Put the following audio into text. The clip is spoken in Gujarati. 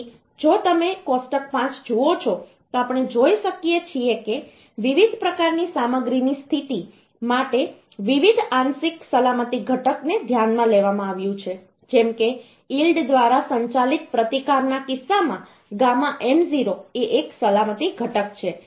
તેથી જો તમે કોષ્ટક 5 જુઓ છો તો આપણે જોઈ શકીએ છીએ કે વિવિધ પ્રકારની સામગ્રીની સ્થિતિ માટે વિવિધ આંશિક સલામતી ઘટક ને ધ્યાનમાં લેવામાં આવ્યું છે જેમ કે યીલ્ડ દ્વારા સંચાલિત પ્રતિકારના કિસ્સામાં ગામા m0 એ એક સલામતી ઘટક છે જેને 1